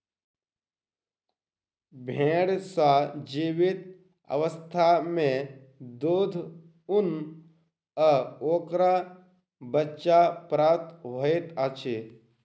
भेंड़ सॅ जीवित अवस्था मे दूध, ऊन आ ओकर बच्चा प्राप्त होइत अछि